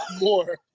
more